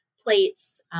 plates